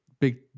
big